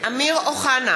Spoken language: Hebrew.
אמיר אוחנה,